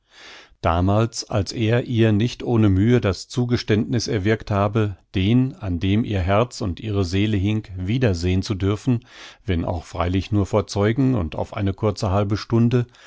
damals als er ihr nicht ohne mühe das zugeständniß erwirkt habe den an dem ihr herz und ihre seele hing wiedersehn zu dürfen wenn auch freilich nur vor zeugen und auf eine kurze halbe stunde